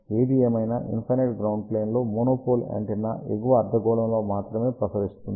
ఏదేమైనా infinite ground plane లో monopole antenna ఎగువ అర్ధగోళంలో మాత్రమే ప్రసరిస్తుంది